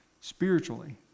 Spiritually